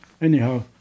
Anyhow